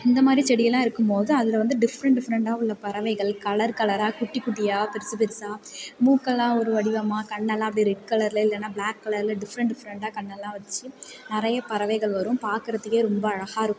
இந்த மாதிரி செடியெல்லாம் இருக்கும்போது அதில் வந்து டிப்ரெண்ட் டிப்ரெண்டாக உள்ள பறவைகள் கலர் கலராக குட்டிக் குட்டியாக பெருசு பெருசாக மூக்கெல்லாம் ஒரு வடிவமாக கண்ணெலெலாம் அப்படியே ரெட் கலரில் இல்லைனா பிளாக் கலரில் டிப்ரெண்ட் டிப்ரெண்டாக கண்ணெல்லாம் வைச்சு நிறைய பறவைகள் வரும் பார்க்குறதுக்கே ரொம்ப அழகாக இருக்கும்